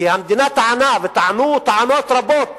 כי המדינה טענה, וטענו טענות רבות